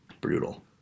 brutal